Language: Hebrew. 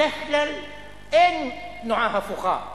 בדרך כלל אין תנועה הפוכה,